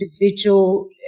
individual